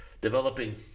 developing